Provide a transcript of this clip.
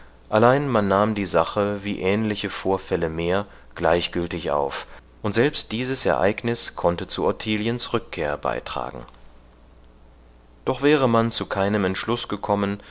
allein man nahm die sache wie ähnliche vorfälle mehr gleichgültig auf und selbst dieses ereignis konnte zu ottiliens rückkehr beitragen doch wäre man zu keinem entschluß gekommen